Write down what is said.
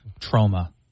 Trauma